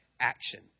action